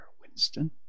Winston